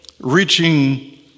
reaching